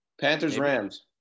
Panthers-Rams